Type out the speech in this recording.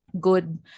good